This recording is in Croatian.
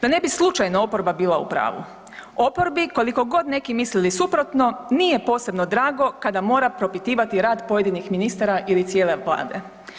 Da ne bi slučajno oporba bila u pravu, oporbi koliko god neki mislili suprotno nije posebno drago kada mora propitivati rad pojedinih ministara ili cijele Vlade.